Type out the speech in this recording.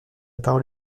parole